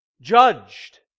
judged